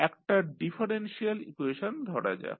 একটা differential equation ধরা যাক